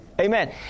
Amen